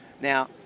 now